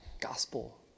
gospel